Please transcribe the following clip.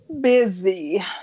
Busy